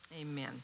amen